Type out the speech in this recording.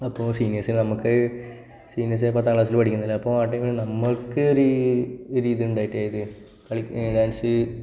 അപ്പോൾ സീനിയർസിന് നമുക്ക് സീനിയർസ് പത്താം ക്ലാസിൽ പഠിക്കുന്ന അപ്പോൾ ആ ടൈമിൽ നമ്മൾക്ക് ഇതുണ്ടായിട്ട് ഏത് ഡാൻസ്